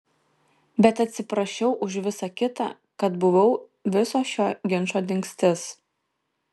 bet atsiprašiau už visa kita kad buvau viso šio ginčo dingstis